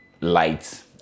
lights